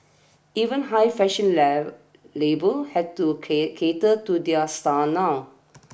even high fashion lave labels had to care cater to their styles now